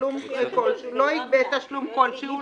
------ "לא ייגבה תשלום כלשהו,